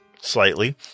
slightly